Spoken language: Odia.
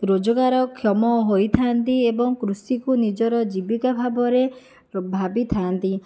ରୋଜଗାରକ୍ଷମ ହୋଇଥାନ୍ତି ଏବଂ କୃଷିକୁ ନିଜର ଜୀବିକା ଭାବରେ ଭାବିଥାନ୍ତି